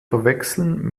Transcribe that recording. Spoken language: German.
verwechseln